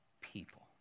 people